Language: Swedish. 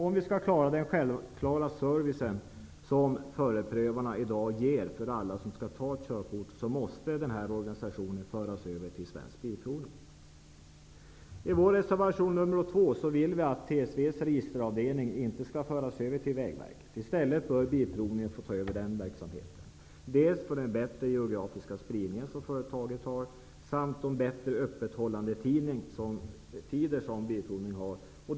Om vi skall klara den självklara service som förarprövarna i dag ger till alla dem som vill ta ett körkort, måste denna organisation föras över till I vår andra reservation vill vi att TSV:s registeravdelning inte skall föras över till Vägverket. I stället bör Bilprovningen ta över den verksamheten. Det beror på den bättre geografiska spridningen och de bättre tiderna för öppethållande som företaget har.